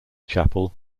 chapel